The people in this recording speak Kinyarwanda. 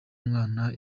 umwana